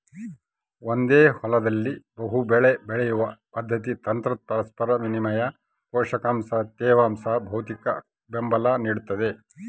ಒಂದೇ ಹೊಲದಲ್ಲಿ ಬಹುಬೆಳೆ ಬೆಳೆಯುವ ಪದ್ಧತಿ ತಂತ್ರ ಪರಸ್ಪರ ವಿನಿಮಯ ಪೋಷಕಾಂಶ ತೇವಾಂಶ ಭೌತಿಕಬೆಂಬಲ ನಿಡ್ತದ